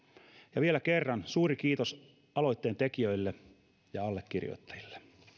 ja vielä kerran suuri kiitos aloitteen tekijöille ja allekirjoittajille